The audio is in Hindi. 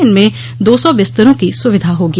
इनमें दो सौ बिस्तरों की सुविधा होगी